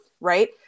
Right